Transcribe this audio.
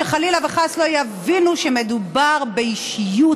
שחלילה וחס לא יבינו שמדובר באישיות,